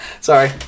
sorry